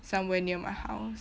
somewhere near my house